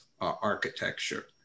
architecture